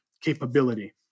capability